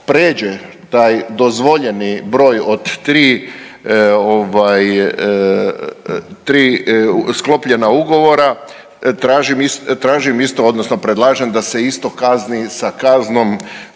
pređe taj dozvoljeni broj od 3 ovaj 3 sklopljena ugovora tražim isto odnosno predlažem da isto kazni sa kaznom